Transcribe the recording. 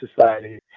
society